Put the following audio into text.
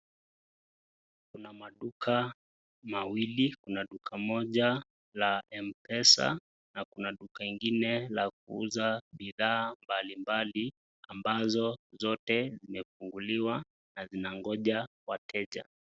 Kuna maduka mawili, Kuna duka moja la mpesa na Kuna duka ingine la kuuza bidhaa mbalimbali ambazo zote zimefunguliwa na zinangoja wateja.